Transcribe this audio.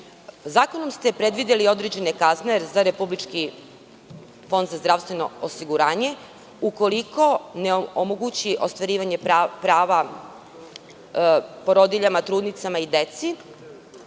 uopšte? Zakonom ste predvideli određene kazne za Republički fond za zdravstveno osiguranje, ukoliko ne omogući ostvarivanje prava porodiljama, trudnicama i deci,